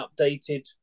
updated